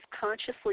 consciously